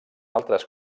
altres